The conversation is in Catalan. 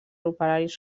operaris